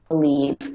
believe